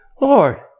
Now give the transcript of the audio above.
Lord